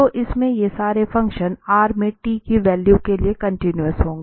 तो इसमें यह सारे फंक्शन R में t की वैल्यू के लिए कन्टीन्यूस होंगे